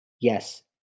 Yes